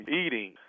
eating